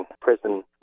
prison